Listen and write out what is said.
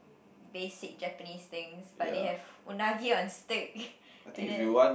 basic Japanese things but they have unagi on steak and then